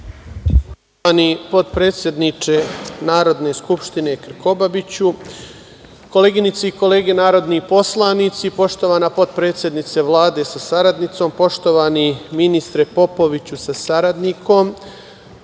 Poštovani potpredsedniče Narodne skupštine Krkobabiću, koleginice i kolege narodni poslanici, poštovana potpredsednice Vlade sa saradnicom, poštovani ministre Popoviću sa saradnikom. Hoću